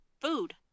food